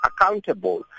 accountable